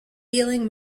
dealing